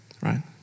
right